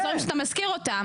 אזורים שאתה מזכיר אותם,